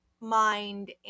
mind